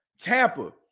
Tampa